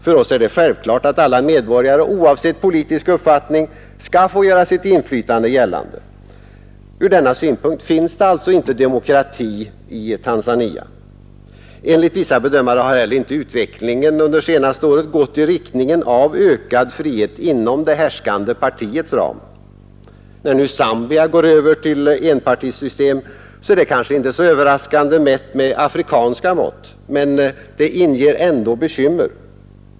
För oss är det självklart att alla medborgare oavsett politisk uppfattning skall få göra sitt inflytande gällande. Från denna utgångspunkt finns det alltså inte demokrati i Tanzania. Enligt vissa bedömare har inte heller utvecklingen under det senaste året gått i riktning mot ökad frihet inom det härskande partiets ram. När nu Zambia går över till enpartisystem är det kanske inte överraskande mätt med afrikanska mått men det inger ändå bekymmer.